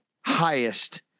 highest